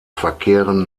verkehren